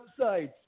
websites